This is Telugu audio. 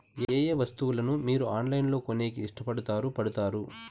ఏయే వస్తువులను మీరు ఆన్లైన్ లో కొనేకి ఇష్టపడుతారు పడుతారు?